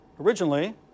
originally